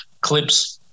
clips